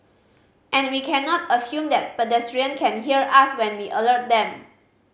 and we cannot assume that pedestrian can hear us when we alert them